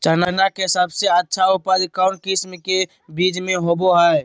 चना के सबसे अच्छा उपज कौन किस्म के बीच में होबो हय?